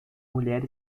mulher